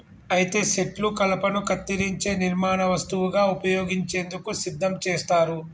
అయితే సెట్లు కలపను కత్తిరించే నిర్మాణ వస్తువుగా ఉపయోగించేందుకు సిద్ధం చేస్తారు